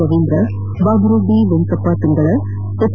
ರವೀಂದ್ರ ಬಾಬುರೆಡ್ಲಿ ವೆಂಕಪ್ಪ ತುಂಗಳ ಎಚ್